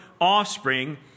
offspring